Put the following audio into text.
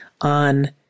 on